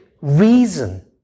reason